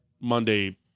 Monday